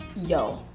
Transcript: yo,